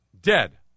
dead